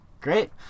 great